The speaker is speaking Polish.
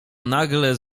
nagle